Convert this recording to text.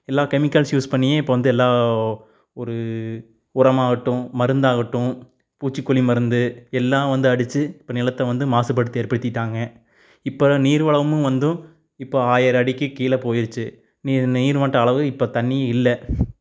எல்லாம் chemicals use பண்ணியே இப்போ வந்து எல்லா ஒரு உரமாகட்டும் மருந்தாகட்டும் பூச்சிக்கொல்லி மருந்து எல்லாம் வந்து அடித்து இப்போ நிலத்தை வந்து மாசுபடுத்தி ஏற்படுத்தியிருக்காங்க இப்போ நீர்வளமும் வந்தும் இப்போ ஆயிரடிக்கு கீழே போயிடுச்சு நீர் நீர்மட்டம் அளவு இப்போ தண்ணியே இல்லை